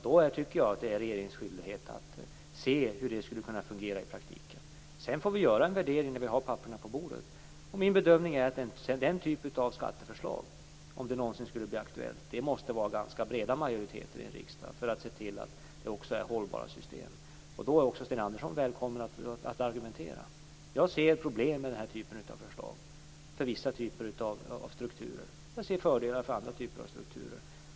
Då är det regeringens skyldighet att se hur den skulle fungera i praktiken. När vi sedan har papperen på bordet får vi göra en värdering. Min bedömning är att man måste ha breda majoriteter i riksdagen för den typen av skatteförändringar för att se till att systemet blir hållbart. Då är också Sten Andersson välkommen att argumentera. Jag ser problem med den här typen av förslag för vissa strukturer, och jag ser fördelar för andra strukturer.